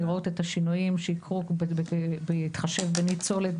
לראות את השינויים שיקרו בהתחשב בניצולת,